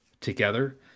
together